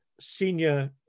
senior